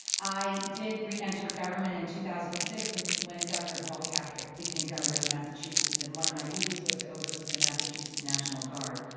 i did reenter government in two thousand and six when when governor deval patrick became governor of massachusetts and one of my duties was to oversee the massachusetts national guard.